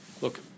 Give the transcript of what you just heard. Look